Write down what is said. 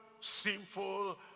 sinful